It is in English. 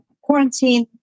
quarantine